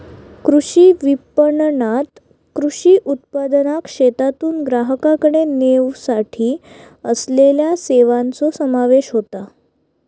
कृषी विपणणात कृषी उत्पादनाक शेतातून ग्राहकाकडे नेवसाठी असलेल्या सेवांचो समावेश होता